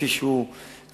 כפי שהוא קיים,